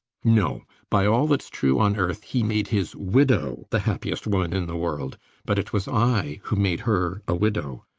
no by all thats true on earth, he made his widow the happiest woman in the world but it was i who made her a widow.